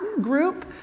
group